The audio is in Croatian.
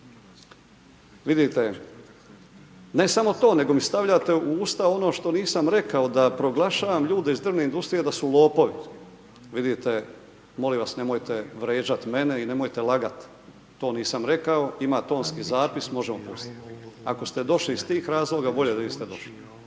Vidite, ne samo to, nego mi stavljate u usta ono što nisam rekao, da proglašavam ljude iz drvne industrije da su lopovi, vidite, molim vas nemojte vrijeđati mene, i nemojte lagat, to nisam rekao, ima tonski zapis, možemo pustit. Ako ste došli iz tih razloga, bolje da niste došli.